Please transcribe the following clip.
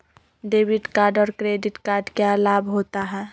Debit card और credit card क्या लाभ होता है?